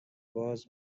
باز